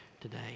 today